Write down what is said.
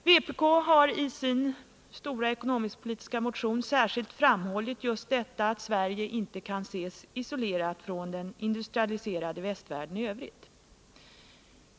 Vpk har i sin stora ekonomisk-politiska motion särskilt framhållit att Sverige inte kan ses isolerat från den industrialiserade västvärlden i övrigt.